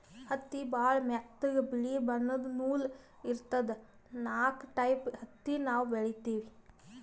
ಹತ್ತಿ ಭಾಳ್ ಮೆತ್ತಗ ಬಿಳಿ ಬಣ್ಣದ್ ನೂಲ್ ಇರ್ತದ ನಾಕ್ ಟೈಪ್ ಹತ್ತಿ ನಾವ್ ಬೆಳಿತೀವಿ